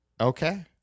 Okay